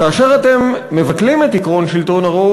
כאשר אתם מבטלים את עקרון שלטון הרוב,